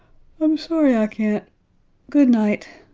i'm sorry i can't good night.